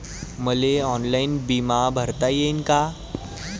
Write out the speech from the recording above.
मले ऑनलाईन बिमा भरता येईन का?